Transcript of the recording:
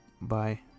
Bye